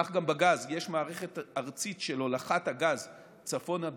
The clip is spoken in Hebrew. כך גם בגז יש מערכת ארצית של הולכת הגז צפונה,